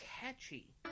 catchy